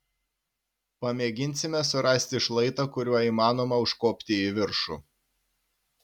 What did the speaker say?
pamėginsime surasti šlaitą kuriuo įmanoma užkopti į viršų